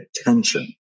attention